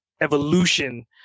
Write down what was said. evolution